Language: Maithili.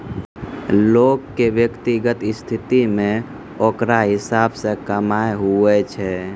लोग के व्यक्तिगत स्थिति मे ओकरा हिसाब से कमाय हुवै छै